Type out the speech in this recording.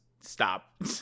stop